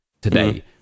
today